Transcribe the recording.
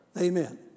Amen